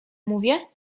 mówię